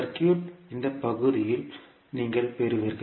circuit இந்த பகுதியில் நீங்கள் பெறுவீர்கள்